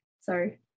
sorry